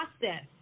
process